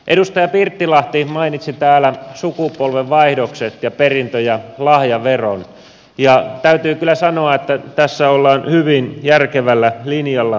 edustaja pirttilahti mainitsi täällä sukupolvenvaihdokset ja perintö ja lahjaveron ja täytyy kyllä sanoa että tässä ollaan hyvin järkevällä linjalla